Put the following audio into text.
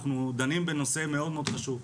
אנחנו דנים בנושא מאוד מאוד חשוב.